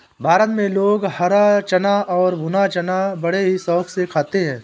भारत में लोग हरा चना और भुना चना बड़े ही शौक से खाते हैं